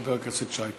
חבר הכנסת שי פירון.